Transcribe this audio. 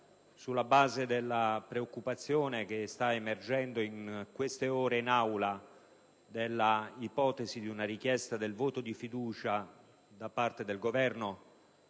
sulla base della preoccupazione che sta emergendo nelle ultime ore in Aula per l'ipotesi di una richiesta del voto di fiducia da parte del Governo,